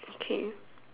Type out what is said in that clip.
okay